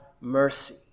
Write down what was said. mercy